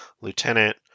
Lieutenant